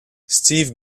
steve